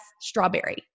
strawberry